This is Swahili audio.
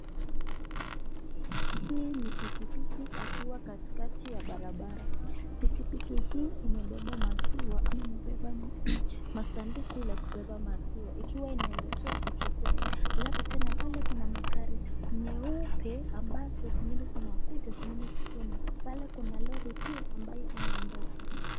Hii ni pikipiki akiwa katikati ya barabara, pikipiki hii imebeba maziwa ama imebeba masanduku ya kubeba maziwa ikiwa inaelekea kuchukua, halafu tena pale kuna magari nyeupe ambazo zingine zinakuja zingine zikienda, pale kuna lori pia ambaye anaondoka.